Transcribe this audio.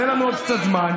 תן לנו עוד קצת זמן,